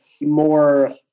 more